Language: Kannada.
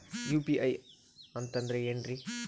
ಯು.ಪಿ.ಐ ಅಂತಂದ್ರೆ ಏನ್ರೀ?